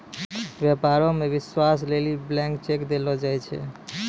व्यापारो मे विश्वास लेली ब्लैंक चेक देलो जाय छै